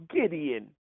Gideon